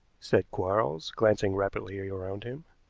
said quarles, glancing rapidly around him.